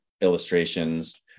illustrations